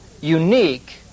unique